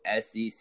sec